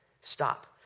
Stop